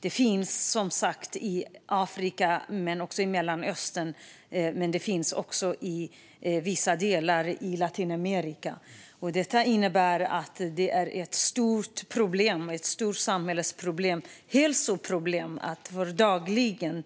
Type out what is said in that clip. Det finns som sagt i Afrika och i Mellanöstern, men det finns också i vissa delar av Latinamerika. Detta är ett stort samhällsproblem och hälsoproblem dagligen,